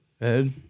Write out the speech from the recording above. Ed